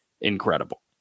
incredible